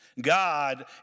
God